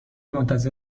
منتظر